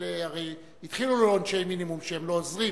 הרי התחילו לראות שעונשי מינימום לא עוזרים.